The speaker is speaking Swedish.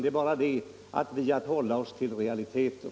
Det är bara det att vi har att hålla oss till realiteter.